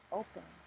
open